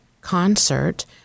concert